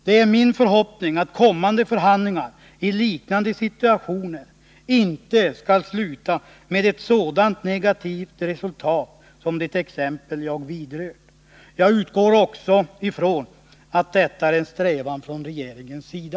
Det är min förhoppning att kommande förhandlingar i liknande situationer inte skall sluta med ett så negativt resultat som det exempel jag vidrört. Jag utgår från att detta också är en strävan från regeringens sida.